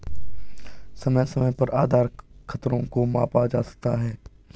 समय समय पर आधार खतरों को मापा जा सकता है